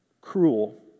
cruel